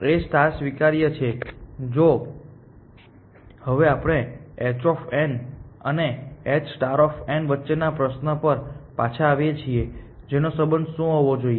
A સ્વીકાર્ય છે જો હવે આપણે h અને h વચ્ચેના પ્રશ્ન પર પાછા આવીએ છીએ જે નો સંબંધ શું હોવો જોઈએ